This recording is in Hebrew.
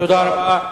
תודה רבה.